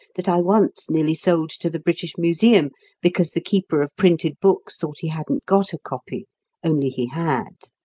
that i once nearly sold to the british museum because the keeper of printed books thought he hadn't got a copy only he had!